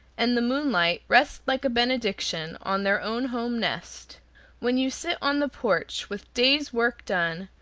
and the moonlight rest like a benediction on their own home nest when you sit on the porch with day's work done,